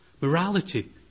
morality